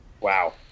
Wow